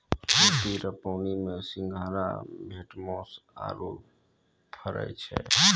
खेत रो पानी मे सिंघारा, भेटमास आरु फरै छै